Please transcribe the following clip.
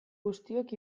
guztiok